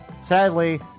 Sadly